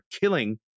killing